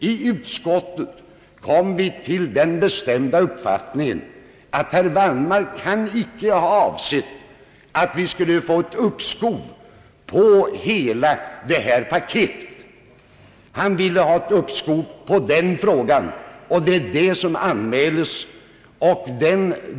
I utskottet kom vi till den bestämda uppfattningen att herr Wallmarks avsikt icke kunde ha varit att hela detta paket skulle fördröjas genom uppskov. Han ville ha ett uppskov av den fråga som motionen berör.